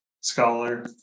scholar